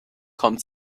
kommt